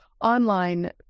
online